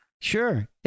Sure